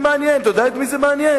אתה יודע את מי זה מעניין?